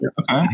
Okay